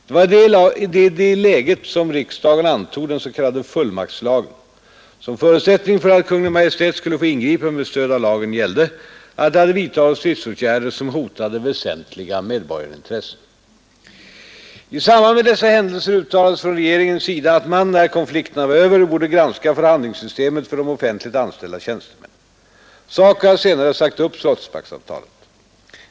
Det var i det läget som riksdagen antog den s.k. fullmaktslagen. Som förutsättning för att Kungl. Maj:t skulle få ingripa med stöd av lagen gällde att det hade vidtagits stridsåtgärder som hotade ”väsentliga medborgarintressen”. I samband med dessa händelser uttalades från regeringens sida att man — när konflikterna var över — borde granska förhandlingssystemet för de offentligt anställda tjänstemännen. SACO har senare sagt upp Slottsbacksavtalet.